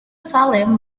salem